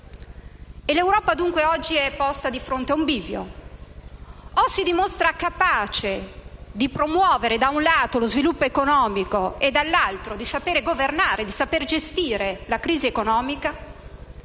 l'Europa è posta di fronte a un bivio: o si dimostra capace di promuovere, da un lato, lo sviluppo economico e, dall'altro, di saper governare e gestire la crisi economica,